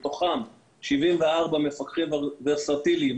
מתוכם 74 מפקחים ורסטיליים.